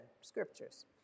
scriptures